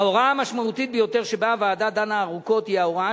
ההוראה המשמעותית ביותר שבה הוועדה דנה ארוכות היא ההוראה